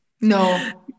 No